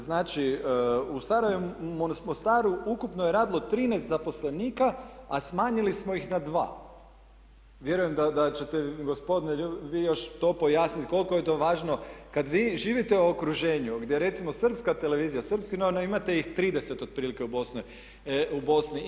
Znači, u Mostaru ukupno je radilo 13 zaposlenika, a smanjili smo ih na 2. Vjerujem da ćete gospodine vi još to pojasniti koliko je to važno kad vi živite u okruženju gdje recimo srpska televizija, srpski novinari imate ih 30 otprilike u Bosni.